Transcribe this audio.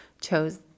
chose